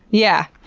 yeah.